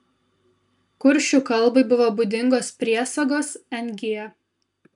kuršių kalbai buvo būdingos priesagos ng